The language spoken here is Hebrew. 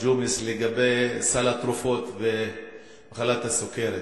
ג'ומס לגבי סל התרופות ומחלת הסוכרת,